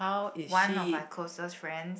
one of my closest friends